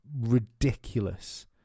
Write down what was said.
ridiculous